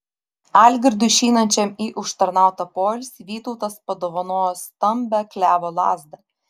algirdui išeinančiam į užtarnautą poilsį vytautas padovanojo stambią klevo lazdą